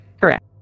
Correct